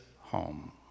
home